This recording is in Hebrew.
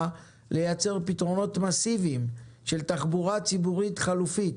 לייצר פתרונות מסיביים של תחבורה ציבורית חלופית,